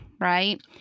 right